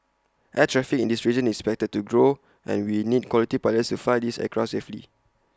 air traffic in this region is expected to grow and we need quality pilots to fly these aircraft safely